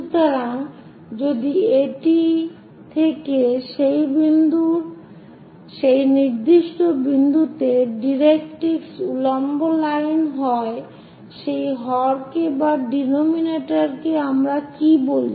সুতরাং যদি এটি থেকে সেই নির্দিষ্ট বিন্দুতে ডাইরেক্ট্রিক্স উল্লম্ব লাইন হয় সেই হরকে আমরা কি বলি